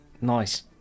Nice